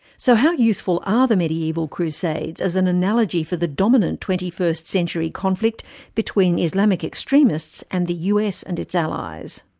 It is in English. so how useful are the mediaeval crusades as an analogy for the dominant twenty first century conflict between islamic extremists and the us and its allies?